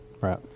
right